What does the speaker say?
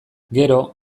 gero